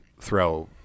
throw